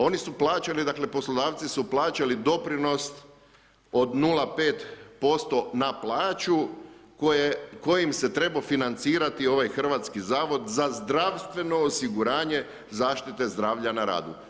Oni su plaćali, dakle, poslodavci su plaćali doprinos od 0,5% na plaću kojim se trebao financirati ovaj Hrvatski zavod za zdravstveno osiguranje zaštite zdravlja na radu.